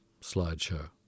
Slideshow